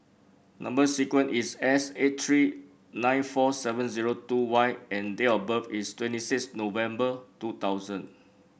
number sequence is S eight three nine four seven zero two Y and date of birth is twenty six November two thousand